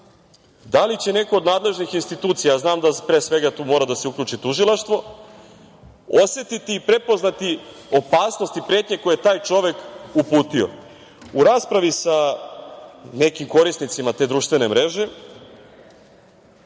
da li će neko od nadležnih institucija, a znam da tu pre svega mora da se uključi Tužilaštvo, osetiti i prepoznati opasnost i pretnje koje taj čovek uputio?U raspravi sa nekim korisnicima te društvene mreže